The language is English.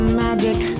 magic